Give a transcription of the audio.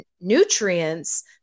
nutrients